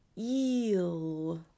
EEL